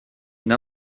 une